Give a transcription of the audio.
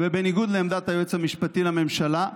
ובניגוד לעמדת היועץ המשפטי לממשלה,